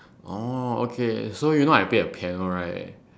oh okay so you know I play a piano right